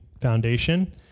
Foundation